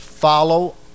follow